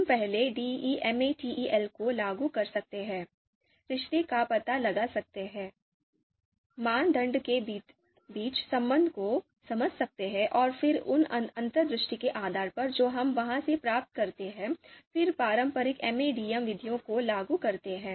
हम पहले DEMATEL को लागू कर सकते हैं रिश्ते का पता लगा सकते हैं मानदंड के बीच संबंध को समझ सकते हैं और फिर उन अंतर्दृष्टि के आधार पर जो हम वहां से प्राप्त करते हैं फिर पारंपरिक एमएडीएम विधियों को लागू करते हैं